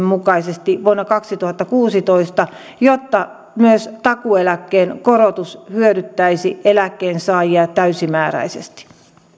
mukaisesti vuonna kaksituhattakuusitoista jotta myös takuueläkkeen korotus hyödyttäisi eläkkeensaajia täysimääräisesti